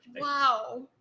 wow